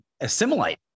assimilate